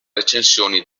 recensioni